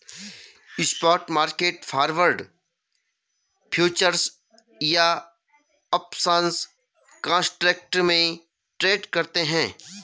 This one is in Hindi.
स्पॉट मार्केट फॉरवर्ड, फ्यूचर्स या ऑप्शंस कॉन्ट्रैक्ट में ट्रेड करते हैं